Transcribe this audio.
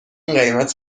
قیمت